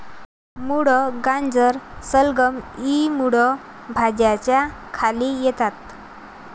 मुळा, गाजर, शलगम इ मूळ भाज्यांच्या खाली येतात